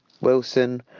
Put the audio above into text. Wilson